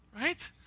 Right